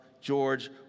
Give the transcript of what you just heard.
George